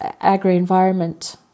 Agri-Environment